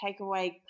takeaway